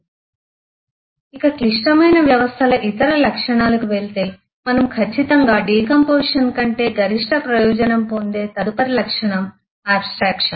సమయం 0923 స్లయిడ్ చూడండి ఇక క్లిష్టమైన వ్యవస్థల ఇతర లక్షణాలకు వెళితే మనము ఖచ్చితంగా డికాంపొజిషన్ కంటే గరిష్ట ప్రయోజనం పొందే తదుపరి లక్షణం ఆబ్స్ట్రక్షన్